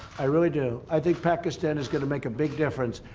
i really do i think pakistan is going to make a big difference.